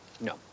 no